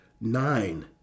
nine